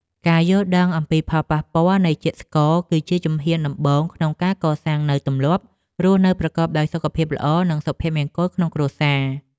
ការយល់ដឹងអំពីផលប៉ះពាល់នៃជាតិស្ករ គឺជាជំហានដំបូងក្នុងការកសាងនូវទម្លាប់រស់នៅប្រកបដោយសុខភាពល្អ និងសុភមង្គលក្នុងគ្រួសារ។